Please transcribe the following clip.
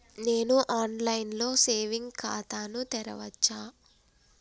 నేను online లో saving ఖాతా ను తెరవచ్చా?